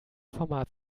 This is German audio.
format